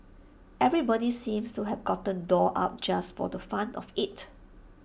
everybody seems to have gotten dolled up just for the fun of IT